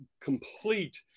complete